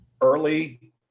early